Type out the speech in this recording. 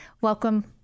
Welcome